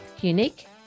unique